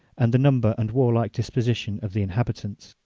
and the number and warlike disposition of the inhabitants.